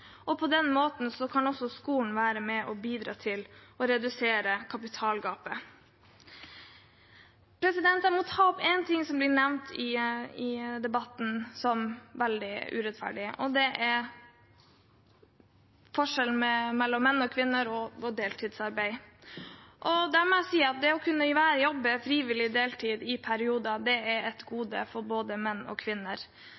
På den måten kan også skolen være med og bidra til å redusere kapitalgapet. Jeg må ta opp én ting som blir nevnt i debatten som veldig urettferdig, og det er forskjellen mellom menn og kvinner og deltidsarbeid. Der må jeg si at det å kunne jobbe frivillig deltid i perioder er et